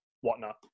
whatnot